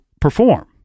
perform